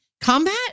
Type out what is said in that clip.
combat